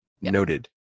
Noted